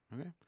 okay